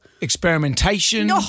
experimentation